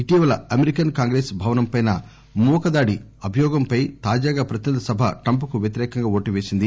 ఇటీవల American Congress భవనంపై మూకదాడి అభియోగంపై తాజాగా ప్రతినిధుల సభ ట్రంప్ కు వ్యతిరేకంగా ఓటు వేసింది